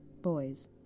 boys